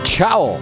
Ciao